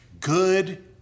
good